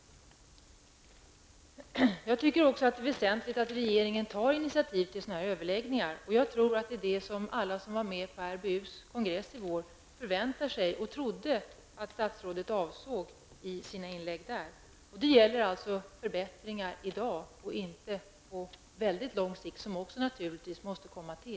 Det är väsentligt att Sverige tar initiativ till sådana här överläggningar. Jag tror att det är det som alla som var med på RBUs kongress i våras förväntar sig och trodde att statsrådet avsåg i sina inlägg där. Det gäller förbättringar i dag och inte på mycket lång sikt, även om detta naturligtvis också måste ske.